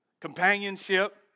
companionship